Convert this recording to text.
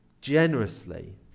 generously